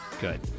Good